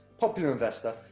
popular investor.